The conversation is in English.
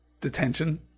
detention